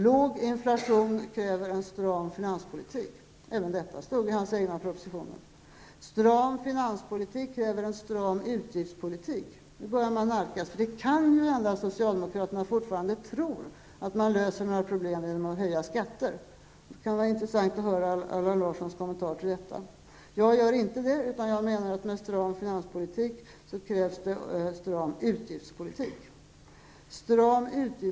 Låg inflation kräver en stram finanspolitik. Även detta stod i Allan Larssons egna propositioner. -- Stram finanspolitik kräver en stram utgiftspolitik. Det kan hända att socialdemokraterna fortfarande tror att man löser problem genom att höja skatter. Det kan vara intressant att höra Allan Larssons kommentar till detta. Jag gör inte det. För en stram finanspolitik krävs en stram utgiftspolitik, menar jag.